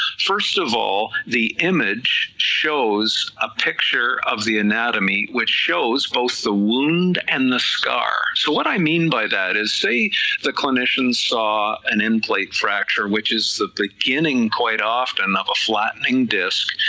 first of all the image shows a picture of the anatomy which shows both the wound and the scar, so what i mean by that is say the clinicians saw an end plate fracture, which is the beginning quite often of a flattening disc,